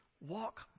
Walk